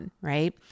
right